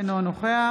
אינו נוכח